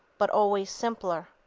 but always simpler.